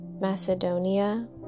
Macedonia